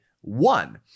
one